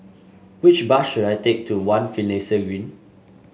which bus should I take to One Finlayson Green